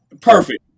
Perfect